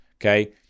okay